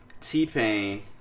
T-Pain